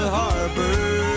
harbor